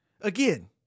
again